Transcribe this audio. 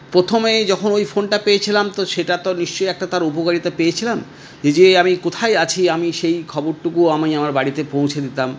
প্রথমেই যখন ওই ফোনটা পেয়েছিলাম তো সেটা তো নিশ্চই একটা তার উপকারিতা পেয়েছিলাম নিজেই আমি কোথায় আছি আমি সেই খবরটুকু আমি আমার বাড়িতে পৌঁছে দিতাম